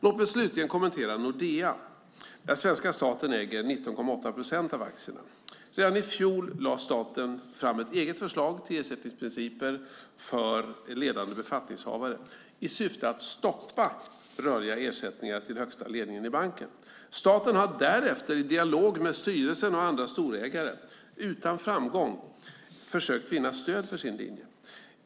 Låt mig slutligen kommentera Nordea, där svenska staten äger 19,8 procent av aktierna. Redan i fjol lade staten fram ett eget förslag till ersättningsprinciper för ledande befattningshavare, i syfte att stoppa rörliga ersättningar till högsta ledningen i banken. Staten har därefter i dialog med styrelsen och andra storägare utan framgång försökt vinna stöd för sin linje.